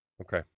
Okay